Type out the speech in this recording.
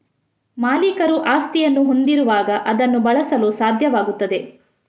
ಮಾಲೀಕರು ಆಸ್ತಿಯನ್ನು ಹೊಂದಿರುವಾಗ ಅದನ್ನು ಬಳಸಲು ಸಾಧ್ಯವಾಗುತ್ತದೆ